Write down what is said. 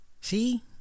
See